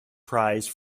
prize